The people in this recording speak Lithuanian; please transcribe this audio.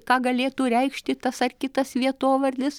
ką galėtų reikšti tas ar kitas vietovardis